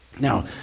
Now